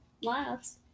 laughs